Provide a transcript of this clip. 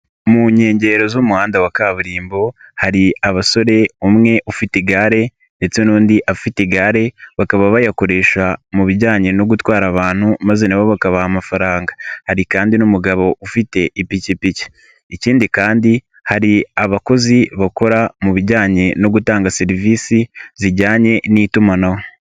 Mu nkengero z'umuhanda wa kaburimbo hari abasore umwe ufite igare ndetse n'undi afite igare bakaba bayakoresha mu bijyanye no gutwara abantu maze na bo bakabaha amafaranga, hari kandi n'umugabo ufite ipikipiki, ikindi kandi hari abakozi bakora mu bijyanye no gutanga serivisi zijyanye n'itumanaho.